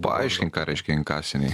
paaiškink ką reiškia inkasiniai